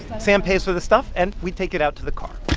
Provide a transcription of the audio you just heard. sam pays for the stuff, and we take it out to the car